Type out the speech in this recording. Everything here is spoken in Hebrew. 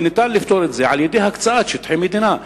וניתן לפתור את זה על-ידי הקצאת שטחי מדינה,